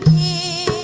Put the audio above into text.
e